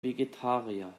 vegetarier